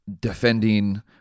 defending